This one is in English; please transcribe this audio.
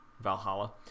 Valhalla